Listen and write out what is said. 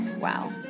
Wow